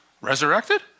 resurrected